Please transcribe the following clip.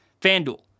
FanDuel